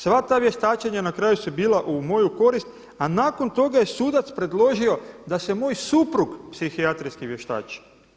Sva ta vještačenja na kraju su bila u moju korist a nakon toga je sudac predložio da se moj suprug psihijatrijski vještači.